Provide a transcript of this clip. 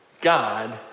God